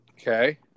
Okay